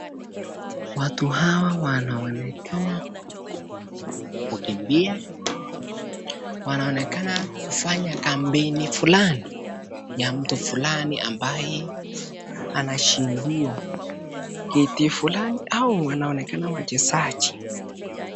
Watu hawa wanaonekana kukimbia, wanaonekana kufanya kampeni fulani ya mtu fulani, ambaye anashindia kiti fulani. Wanaonekana wachezaji.